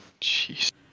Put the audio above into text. Jeez